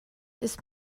ist